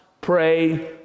pray